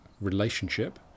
relationship